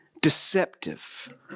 deceptive